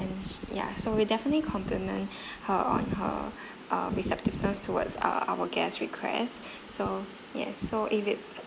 ya so we definitely compliment her on her uh receptiveness towards uh our guest request so yes so if it's